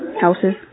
Houses